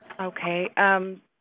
Okay